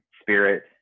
spirit